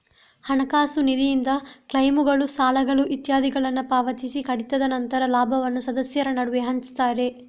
ಹಣಕಾಸು ನಿಧಿಯಿಂದ ಕ್ಲೈಮ್ಗಳು, ಸಾಲಗಳು ಇತ್ಯಾದಿಗಳನ್ನ ಪಾವತಿಸಿ ಕಡಿತದ ನಂತರ ಲಾಭವನ್ನ ಸದಸ್ಯರ ನಡುವೆ ಹಂಚ್ತಾರೆ